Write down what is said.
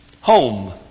home